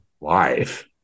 life